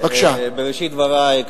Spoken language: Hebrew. בראשית דברי אומר,